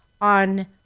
on